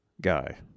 Guy